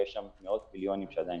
ויש שם מאות מיליונים שעדיין